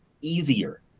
easier